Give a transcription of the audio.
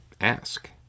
ask